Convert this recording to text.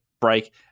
break